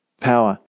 power